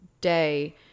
day